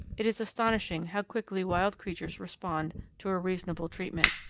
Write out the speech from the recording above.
it is astonishing how quickly wild creatures respond to a reasonable treatment.